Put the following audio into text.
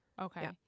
okay